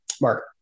Mark